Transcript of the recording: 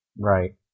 Right